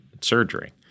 surgery